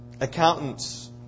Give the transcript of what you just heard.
Accountants